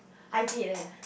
I did leh